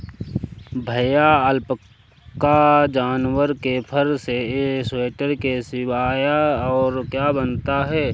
भैया अलपाका जानवर के फर से स्वेटर के सिवाय और क्या बनता है?